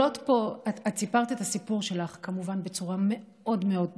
את סיפרת את הסיפור שלך כמובן בצורה מאוד מאוד נוגעת,